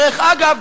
דרך אגב,